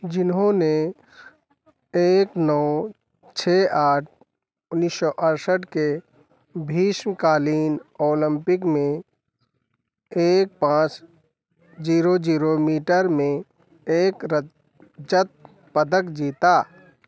जिन्होंने एक नौ छह आठ उन्नीस सौ अड़सठ के ग्रीष्मकालीन ओलम्पिक में एक पाँच ज़ीरो ज़ीरो मीटर में एक रजत पदक जीता